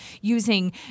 using